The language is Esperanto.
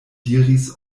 diris